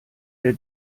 der